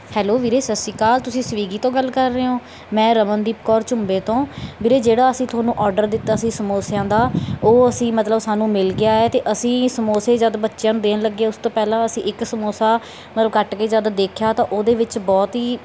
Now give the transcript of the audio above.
hello ਵੀਰੇ ਸਤਿ ਸ਼੍ਰੀ ਅਕਾਲ ਤੁਸੀਂ ਸਵੀਗੀ ਤੋਂ ਗੱਲ ਕਰ ਰਹੇ ਹੋ ਮੈਂ ਰਮਨਦੀਪ ਕੌਰ ਝੁੰਬੇ ਤੋਂ ਵੀਰੇ ਜਿਹੜਾ ਅਸੀਂ ਤੁਹਾਨੂੰ ਔਡਰ ਦਿੱਤਾ ਸੀ ਸਮੋਸਿਆਂ ਦਾ ਉਹ ਅਸੀਂ ਮਤਲਬ ਸਾਨੂੰ ਮਿਲ ਗਿਆ ਹੈ ਅਤੇ ਅਸੀਂ ਸਮੋਸੇ ਜਦ ਬੱਚਿਆਂ ਨੂੰ ਦੇਣ ਲੱਗੇ ਉਸ ਤੋਂ ਪਹਿਲਾਂ ਅਸੀਂ ਇੱਕ ਸਮੋਸਾ ਮਤਲਬ ਕੱਟ ਕੇ ਜਦ ਦੇਖਿਆ ਤਾਂ ਉਹਦੇ ਵਿੱਚ ਬਹੁਤ ਹੀ